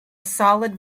solid